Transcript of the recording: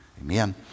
Amen